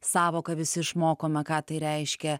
sąvoką visi išmokome ką tai reiškia